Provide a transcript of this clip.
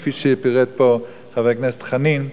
כפי שפירט פה חבר הכנסת חנין.